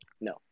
no